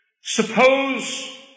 Suppose